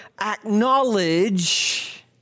acknowledge